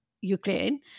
Ukraine